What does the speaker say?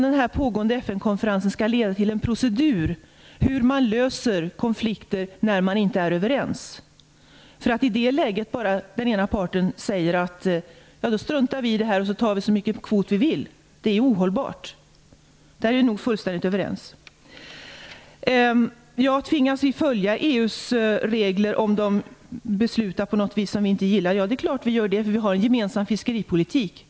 Den pågående FN-konferensen skall leda till en procedur för hur man skall lösa konflikter när man inte är överens. Det är ohållbart att den ena parten i det läget säger att de struntar i detta och tar så stor kvot de vill. Där är vi nog fullständigt överens. Tvingas vi följa EU:s regler om de fattar beslut som vi inte gillar? Ja, det är klart att vi gör det. Vi har en gemensam fiskepolitik.